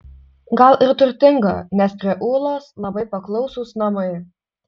gal ir turtinga nes prie ūlos labai paklausūs namai